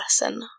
lesson